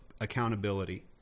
accountability